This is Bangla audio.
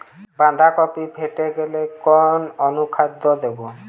বাঁধাকপি ফেটে গেলে কোন অনুখাদ্য দেবো?